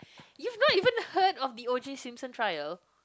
you've not even heard of the OJ-Simpson trial